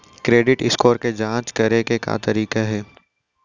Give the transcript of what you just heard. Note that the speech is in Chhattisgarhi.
क्रेडिट स्कोर के जाँच करे के का तरीका हे?